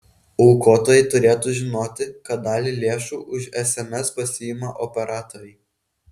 aukotojai turėtų žinoti kad dalį lėšų už sms pasiima operatoriai